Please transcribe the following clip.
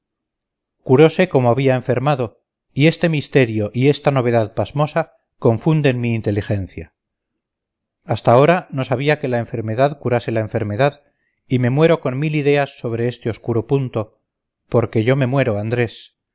ser y estado curose como había enfermado y este misterio y esta novedad pasmosa confunden mi inteligencia hasta ahora no sabía que la enfermedad curase la enfermedad y me muero con mil ideas sobre este oscuro punto porque yo me muero andrés